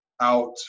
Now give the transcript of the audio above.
out